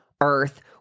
Earth